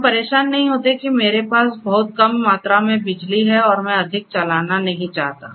हम परेशान नहीं होते हैं कि मेरे पास बहुत कम मात्रा में बिजली है और मैं अधिक चलाना नहीं चाहता